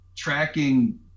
tracking